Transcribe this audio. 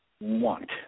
want